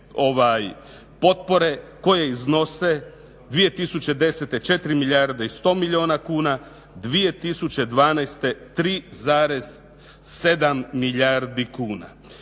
potpore koje iznose 2010. 4 milijarde i 100 milijuna kuna, 2012. 3,7 milijardi kuna.